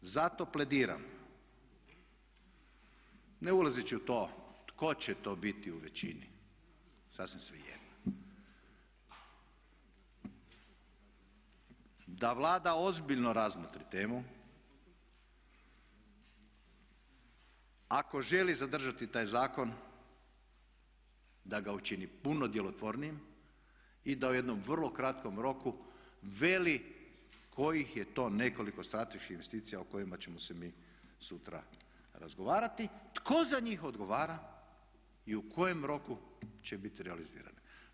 Zato plediram, ne ulazeći u to tko će to biti u većini, sasvim svejedno, da Vlada ozbiljno razmotri temu, ako želi zadržati taj zakon da ga učini puno djelotvornijim i da u jednom vrlo kratkom roku veli kojih je to nekoliko strateških investicija o kojima ćemo se mi sutra razgovarati, tko za njih odgovara i u kojem roku će biti realizirane.